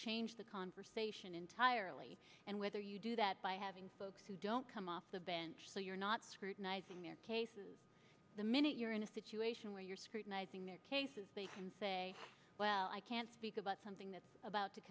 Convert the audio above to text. change the conversation entirely and whether you do that by having folks who don't come off the bench so you're not scrutinizing their cases the minute you're in a situation where you're scrutinizing their cases they can say well i can't speak about something that's about to